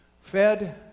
Fed